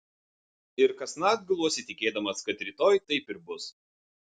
ir kasnakt guluosi tikėdamas kad rytoj taip ir bus